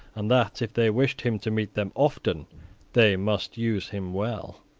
and that, if they wished him to meet them often they must use him well.